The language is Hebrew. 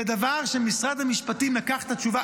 זה דבר שמשרד המשפטים לקח את התשובה